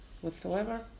whatsoever